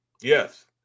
Yes